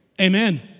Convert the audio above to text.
Amen